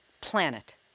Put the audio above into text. planet